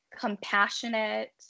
compassionate